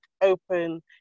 open